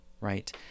right